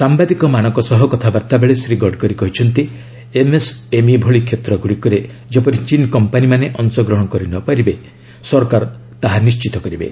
ସାମ୍ବାଦିକ ମାନଙ୍କ ସହ କଥାବାର୍ତ୍ତା ବେଳେ ଶ୍ରୀ ଗଡକରୀ କହିଛନ୍ତି ଏମ୍ଏସ୍ଏମ୍ଇ ଭଳି କ୍ଷେତ୍ର ଗୁଡ଼ିକରେ ଯେପରି ଚୀନ୍ କମ୍ପାନୀମାନେ ଅଂଶଗ୍ରହଣ କରିନପାରିବେ ସରାକର ତାହା ନିଶ୍ଚିତ କରିବେ